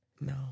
no